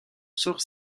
sort